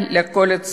לכלול את